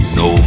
no